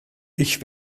ich